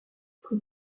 plus